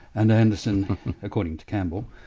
and anderson according to campbell,